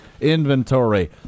inventory